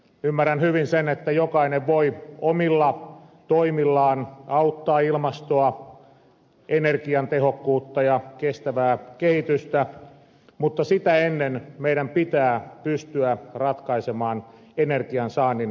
ymmärrän hyvin sen että jokainen voi omilla toimillaan auttaa ilmastoa energiatehokkuutta ja kestävää kehitystä mutta sitä ennen meidän pitää pystyä ratkaisemaan energian saannin perusasiat